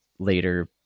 Later